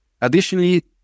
Additionally